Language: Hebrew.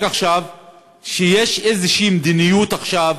עכשיו היא שיש איזושהי מדיניות עכשיו,